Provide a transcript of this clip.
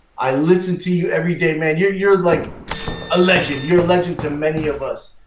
i listen to you everyday man. you're you're like a legend, you're a legend to many of us.